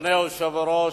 אדוני היושב-ראש,